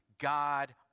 God